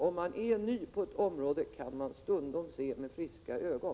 Om man är ny på ett område, kan man stundom se med friska ögon.